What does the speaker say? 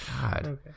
God